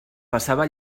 passava